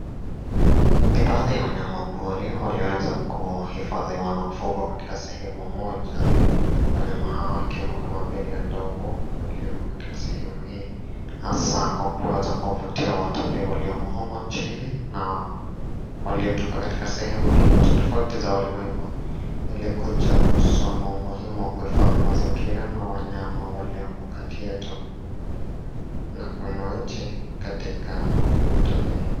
Ni baadhi ya wanyama pori walioweza kuhifadhiwa na kufugwa katika sehemu moja. Wanyama hawa ikiwemo kama vile ndovu waliomo katika sehemu hii, hasa kwa kuweza kuvutia watalii waliomo humu nchini na waliotoka katika sehemu tofauti tofauti za ulimwengu, ilikuja kusoma umuhimu wa kuhifadhi mazingira na wanyama waliomo kati yetu na kuinua nchi katika utalii.